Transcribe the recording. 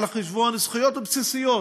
על חשבון זכויות בסיסיות